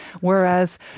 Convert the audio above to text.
Whereas